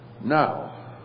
Now